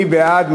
מי בעד?